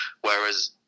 Whereas